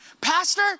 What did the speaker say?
Pastor